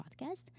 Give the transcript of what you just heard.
podcast